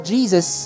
Jesus